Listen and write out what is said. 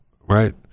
right